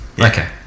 Okay